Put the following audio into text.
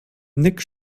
nick